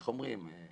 איך אומרים,